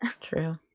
true